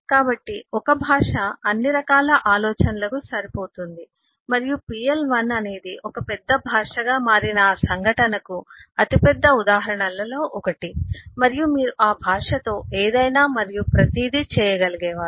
కాబట్టి ఒక భాష అన్ని రకాల ఆలోచనలకు సరిపోతుంది మరియు pl1 అనేది ఒక పెద్ద భాషగా మారిన ఆ సంఘటనకు అతిపెద్ద ఉదాహరణలలో ఒకటి మరియు మీరు ఆ భాషతో ఏదైనా మరియు ప్రతిదీ చేయగలిగేవారు